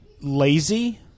lazy